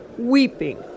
Weeping